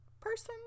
person